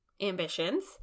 ambitions